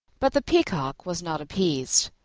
but the peacock was not appeased.